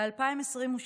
ב-2022